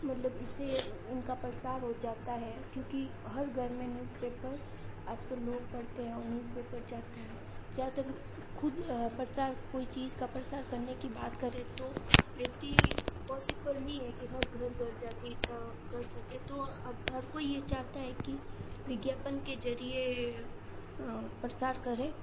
मतलब इस से इनका प्रसार हो जाता है क्योंकि हर घर में न्यूज़पेपर आज कल लोग पढ़ते हैं और न्यूज़पेपर जाता है ज़्यादातर ख़ुद प्रचार कोई चीज़ का प्रसार करने की बात करें तो व्यक्ति पॉसिबल नहीं है कि हर घर घर जा कर इतना कर सके तो अब हर कोई ये चाहता है कि विज्ञापन के ज़रिए प्रसार करे